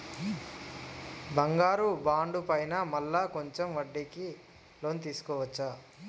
బంగారు బాండు పైన మళ్ళా కొంచెం వడ్డీకి లోన్ తీసుకోవచ్చా?